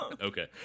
Okay